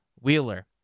Wheeler